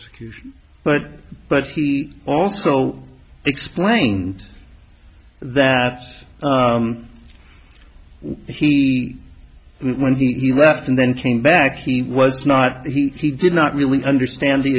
persecution but but he also explained that he when he left and then came back he was not he did not really understand